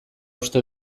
uste